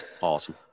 Awesome